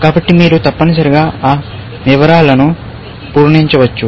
కాబట్టి మీరు తప్పనిసరిగా ఆ వివరాలను పూరించవచ్చు